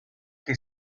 che